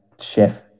chef